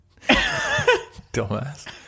dumbass